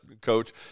coach